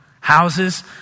Houses